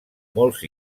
molts